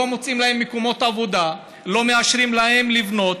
לא מוצאים להם מקומות עבודה, לא מאשרים להם לבנות,